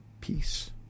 peace